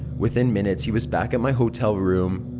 within minutes he was back at my hotel room.